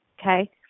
okay